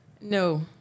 No